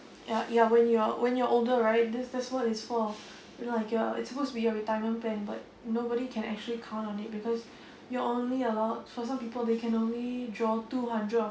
ya ya when you're when you're older right this that's what it for I mean like a it's supposed to be your retirement plan but nobody can actually count on it because you're only allowed for some people they can only draw two hundred or